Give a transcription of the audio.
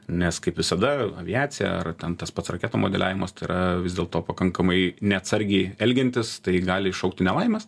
nes kaip visada aviacija ar ten tas pats raketų modeliavimas tai yra vis dėl to pakankamai neatsargiai elgiantis tai gali iššaukti nelaimes